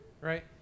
right